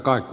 puhemies